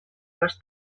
les